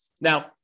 Now